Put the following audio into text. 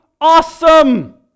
awesome